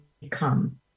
become